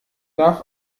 darf